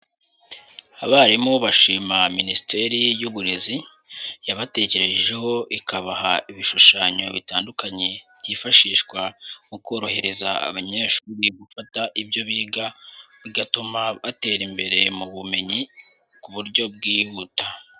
Abarimu bashima minisiteri y'uburezi yabatekerejeho ikabaha ibishushanyo bitandukanye byifashishwa mu korohereza abanyeshuri gufata ibyo biga bigatuma batera imbere mu bumenyi ku buryo bwihuta.